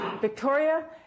Victoria